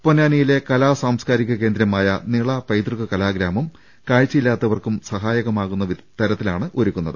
പൊന്നാനിയിലെ കലാ സാംസ്കാരിക കേന്ദ്രമായ നിള പൈതൃക കലാഗ്രാമം കാഴ്ചയില്ലാത്തവർക്കും സഹായകരമാവുന്ന തരത്തിലാണ് ഒരുക്കുന്നത്